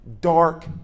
dark